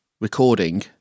recording